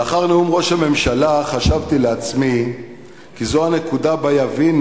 לאחר נאום ראש הממשלה חשבתי לעצמי כי זו הנקודה שבה יבינו